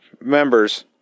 members